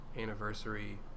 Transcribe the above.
anniversary